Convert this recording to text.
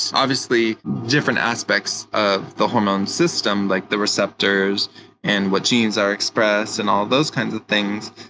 obviously different aspects of the hormone system like the receptors and what genes are expressed and all those kinds of things,